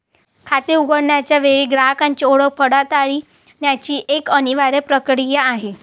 खाते उघडण्याच्या वेळी ग्राहकाची ओळख पडताळण्याची एक अनिवार्य प्रक्रिया आहे